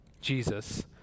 Jesus